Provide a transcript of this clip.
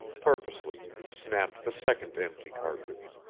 purposely he snapped the second empty cartridge.